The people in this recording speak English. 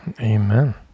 Amen